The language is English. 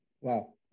Wow